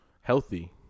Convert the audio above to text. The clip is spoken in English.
healthy